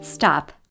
Stop